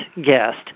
guest